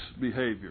behavior